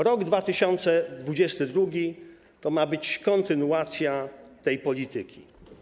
Rok 2022 to ma być kontynuacja tej polityki.